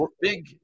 big